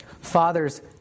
Fathers